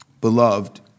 Beloved